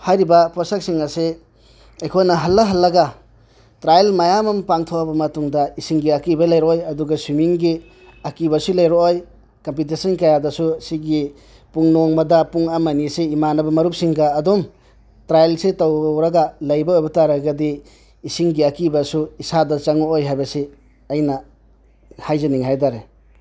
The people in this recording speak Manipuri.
ꯍꯥꯏꯔꯤꯕ ꯄꯣꯠꯁꯛꯁꯤꯡ ꯑꯁꯤ ꯑꯩꯈꯣꯏꯅ ꯍꯟꯂ ꯍꯟꯂꯒ ꯇ꯭ꯔꯥꯏꯌꯦꯜ ꯃꯌꯥꯝ ꯑꯃ ꯄꯥꯡꯊꯣꯛꯑꯕ ꯃꯇꯨꯡꯗ ꯏꯁꯤꯡꯒꯤ ꯑꯀꯤꯕ ꯂꯩꯔꯣꯏ ꯑꯗꯨꯒ ꯁ꯭ꯋꯤꯝꯃꯤꯡꯒꯤ ꯑꯀꯤꯕꯁꯨ ꯂꯩꯔꯛꯑꯣꯏ ꯀꯝꯄꯤꯇꯤꯁꯟ ꯀꯌꯥꯗꯁꯨ ꯁꯤꯒꯤ ꯄꯨꯡ ꯅꯣꯡꯃꯗ ꯄꯨꯡ ꯑꯃ ꯑꯅꯤꯁꯤ ꯏꯃꯥꯟꯅꯕ ꯃꯔꯨꯞꯁꯤꯡꯒ ꯑꯗꯨꯝ ꯇ꯭ꯔꯥꯏꯌꯦꯜꯁꯤ ꯇꯧꯔꯒ ꯂꯩꯕ ꯑꯣꯏꯕ ꯇꯥꯔꯒꯗꯤ ꯏꯁꯤꯡꯒꯤ ꯑꯀꯤꯕꯁꯨ ꯏꯁꯥꯗ ꯆꯪꯉꯥꯛꯑꯣꯏ ꯍꯥꯏꯕꯁꯤ ꯑꯩꯅ ꯍꯥꯏꯖꯅꯤꯡꯏ ꯍꯥꯏꯇꯥꯔꯦ